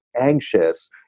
anxious